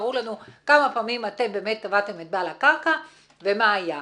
תראו לנו כמה פעמים אתם באמת תבעתם את בעל הקרקע ומה היה.